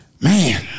man